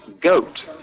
goat